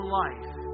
life